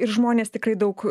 ir žmonės tikrai daug